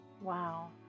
wow